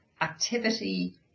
activity